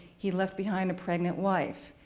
he left behind a pregnant wife.